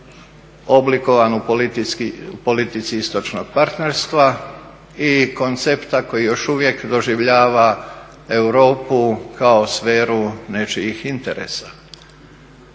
oblikovan u politici istočnog partnerstva i koncepta koji još uvijek doživljava Europu kao sferu nečijih interesa.